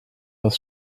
was